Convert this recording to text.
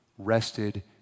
rested